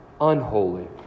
unholy